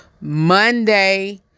Monday